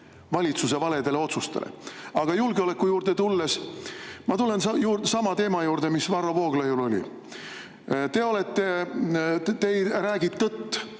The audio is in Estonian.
valitsuse valedele otsustele. Aga julgeoleku juurde tulles, ma tulen sama teema juurde, mis Varro Vooglaiul oli. Te ei räägi tõtt,